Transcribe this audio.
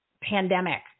pandemic